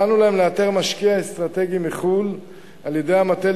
הצענו להם לאתר משקיע אסטרטגי מחו"ל על-ידי המטה